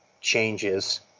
changes